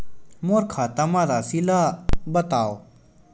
मोर खाता म राशि ल बताओ?